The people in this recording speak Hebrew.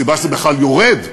הסיבה שזה בכלל יורד,